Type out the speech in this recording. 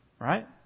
Right